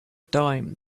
dime